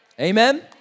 Amen